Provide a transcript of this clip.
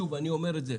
שוב אני אומר את זה,